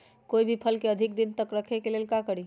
कोई भी फल के अधिक दिन तक रखे के लेल का करी?